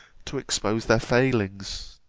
to expose their failings?